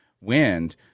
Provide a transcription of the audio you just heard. wind